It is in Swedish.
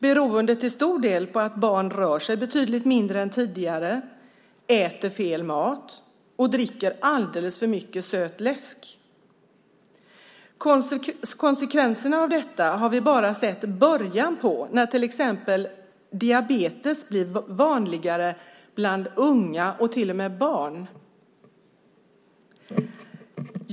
Till stor del beror det på att barn rör sig betydligt mindre än tidigare, äter fel mat och dricker alldeles för mycket söt läsk. Konsekvenserna av detta har vi bara sett början på. Till exempel blir diabetes vanligare bland unga och till och med bland barn.